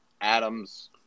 Adams